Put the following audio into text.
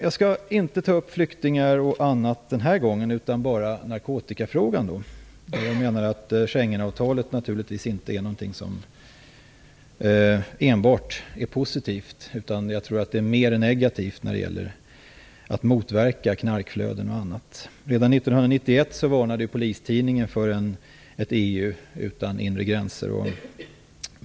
Jag skall inte ta upp flyktingfrågan eller andra frågor den här gången utan bara narkotikafrågan. Schengenavtalet är naturligtvis inte enbart positivt. Jag tror att det är mer negativt när det gäller att motverka knarkflöden och annat. Redan 1991 varnade Polistidningen för ett EU utan inre gränser.